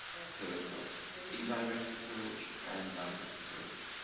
terms of and indirect approach and direct approach?